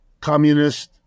communist